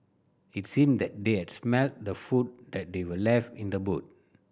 it seemed that they had smelt the food that they were left in the boot